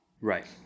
Right